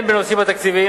הן בנושאים התקציביים,